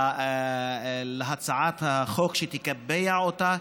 להצעת חוק שתקבע אותה,